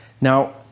Now